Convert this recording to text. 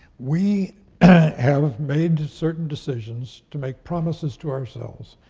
we have made certain decisions to make promises to ourselves,